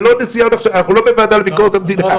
אנחנו לא בוועדה לביקורת המדינה.